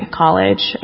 college